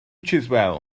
chiswell